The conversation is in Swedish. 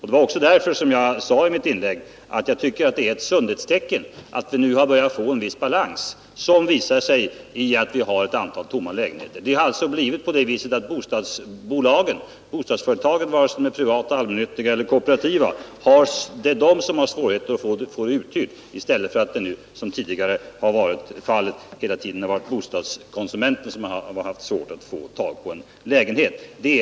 Det var oc å därför som jag sade att jag tycker det är ett sundhetstecken att vi nu har börjat få en viss balans, som visar sig däri att vi har ett antal tomma lägenheter. Bostadsföretagen, både privata, allmännyttiga och kooperativa, har svårigheter att få lägenheterna uthyrda, medan det tidigare alltid var bostadskonsumenterna som har haft svårigheter med att få tag på en passande lägenhet.